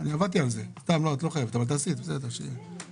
אני רק מבקש שנכניס את זה בהוראות הביצוע.